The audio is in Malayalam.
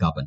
കാപ്പൻ